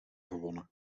gewonnen